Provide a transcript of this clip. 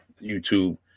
YouTube